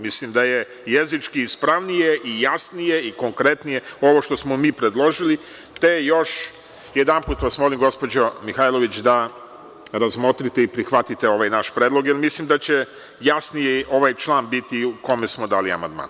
Mislim da je jezički ispravnije i jasnije i konkretnije ovo što smo mi predložili, te još jedanput vas molim, gospođo Mihajlović, da razmotrite i prihvatite ovaj naš predlog, jer mislim da će ovaj član biti jasniji o kome smo dali amandman.